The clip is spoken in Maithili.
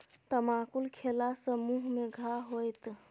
तमाकुल खेला सँ मुँह मे घाह होएत